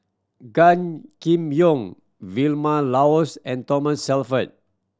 Gan Kim Yong Vilma Laus and Thomas Shelford